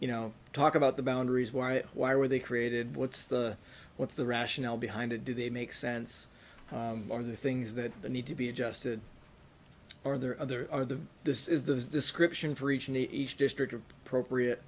you know talk about the boundaries why why were they created what's the what's the rationale behind it do they make sense one of the things that need to be adjusted are there other are the this is the description for each and each district of appropriate